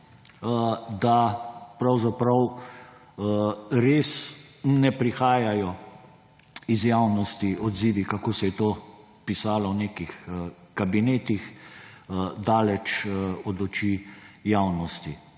da pravzaprav res ne prihajajo iz javnosti odzivi, kako se je to pisalo v nekih kabinetih daleč od oči javnosti.